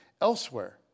elsewhere